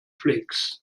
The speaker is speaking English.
flakes